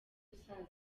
gusaza